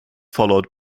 followed